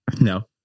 No